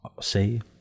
Say